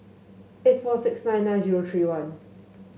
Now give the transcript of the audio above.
eight four six nine nine zero three one